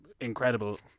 incredible